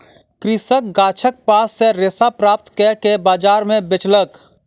कृषक गाछक पात सॅ रेशा प्राप्त कअ के बजार में बेचलक